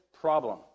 problem